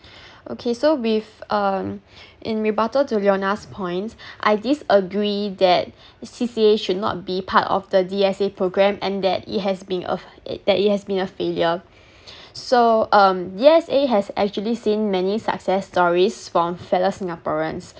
okay so with um in rebuttal to Leona's points I disagree that C_C_A should not be part of the D_S_A programme and that it has been a f~ that it has been a failure so um yes it has actually seen many success stories from fellow singaporeans